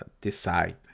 decide